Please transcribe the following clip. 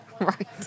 Right